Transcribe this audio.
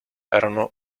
erano